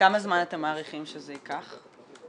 כמה זמן אתם מעריכים שההערכות תיקח מבחינתכם?